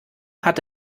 hat